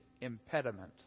impediment